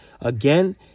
again